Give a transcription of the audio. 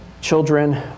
children